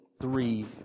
three